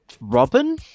Robin